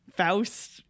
Faust